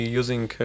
using